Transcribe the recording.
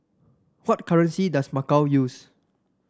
what currency does Macau use